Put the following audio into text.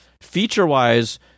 feature-wise